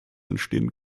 entstehen